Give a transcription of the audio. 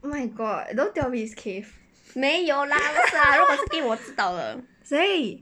oh my god don't tell me is keith 谁